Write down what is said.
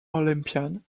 olympian